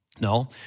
No